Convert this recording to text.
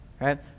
Right